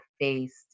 faced